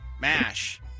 Mash